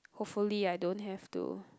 hopefully I don't have to